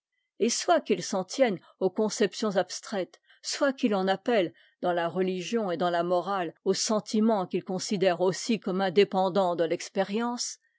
et soit qu'il s'en tienne aux conceptions abstraites soit qu'il en appelle dans la religion et dans la morale aux sentiments qu'il considère aussi comme indépendants de l'expérience